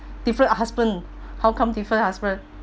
different husband how come different husband